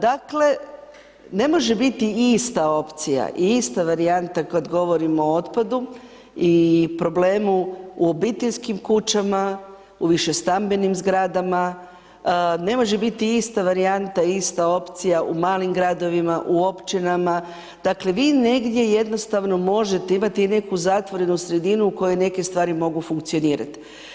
Dakle, ne može biti ista opcija i ista varijanta kad govorimo o otpadu i problemu u obiteljskim kućama, u vise stambenim zgradama, ne može biti ista varijanta i ista opcija u malim gradovima, u općinama, dakle, vi negdje jednostavno možete imati neku zatvorenu sredinu u kojoj neke stvari mogu funkcionirati.